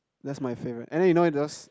that's my favorite and you know it's those